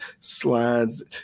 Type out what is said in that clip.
slides